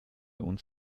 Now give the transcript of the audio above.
uns